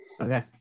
okay